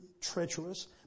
Treacherous